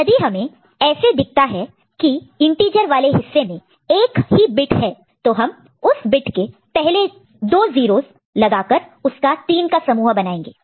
यदि हमें ऐसे दिखता है की इंटीजर वाले हिस्से में 1 ही बिट है तो हम उस बिट के पहले दो 0's लगाकर उसका 3 का समूह ग्रुप group बना सकते हैं